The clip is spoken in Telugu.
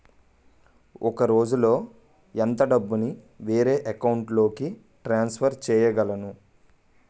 ఒక రోజులో ఎంత డబ్బుని వేరే అకౌంట్ లోకి ట్రాన్సఫర్ చేయగలను?